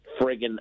friggin